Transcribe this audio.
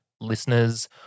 listeners